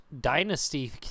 dynasty